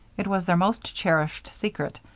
it was their most cherished secret,